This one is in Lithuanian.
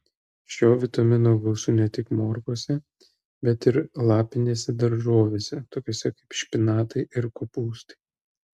šio vitamino gausu ne tik morkose bet ir lapinėse daržovėse tokiose kaip špinatai ir kopūstai